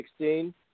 2016